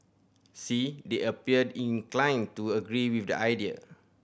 see they appeared inclined to agree with the idea